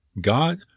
God